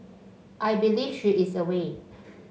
I believe she is away